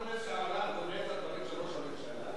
אתה רומז שהעולם קונה את הדברים של ראש הממשלה?